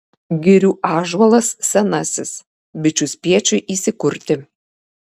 girių ąžuolas senasis bičių spiečiui įsikurti